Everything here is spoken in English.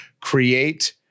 create